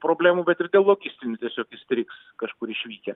problemų bet ir dėl logistinių tiesiog įstrigs kažkur išvykę